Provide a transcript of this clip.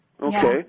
Okay